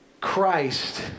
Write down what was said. Christ